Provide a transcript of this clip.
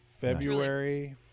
February